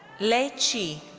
lei qi.